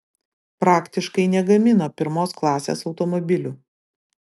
praktiškai negamino pirmos klasės automobilių